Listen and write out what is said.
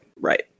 right